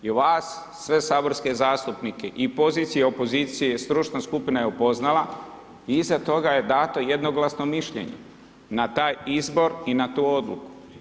I vas sve saborske zastupnike i pozicije i opozicije, stručna skupina je upoznala i iza toga je dato jednoglasno mišljenje na taj izbor i na tu odluku.